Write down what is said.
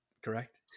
correct